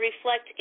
reflect